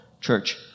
church